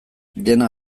dena